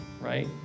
right